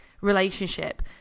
Relationship